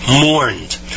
mourned